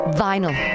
vinyl